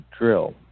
drill